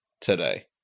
today